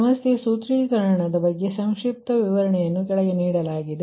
ಸಮಸ್ಯೆ ಸೂತ್ರೀಕರಣದ ಬಗ್ಗೆ ಸಂಕ್ಷಿಪ್ತ ವಿವರಣೆಯನ್ನು ಕೆಳಗೆ ನೀಡಲಾಗಿದೆ